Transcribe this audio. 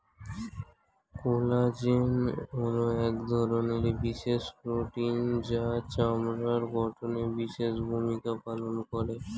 collagen হলো এক ধরনের বিশেষ প্রোটিন যা চামড়ার গঠনে বিশেষ ভূমিকা পালন করে